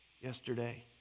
yesterday